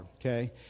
okay